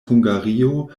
hungario